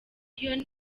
lyon